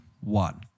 one